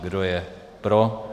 Kdo je pro?